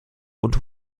und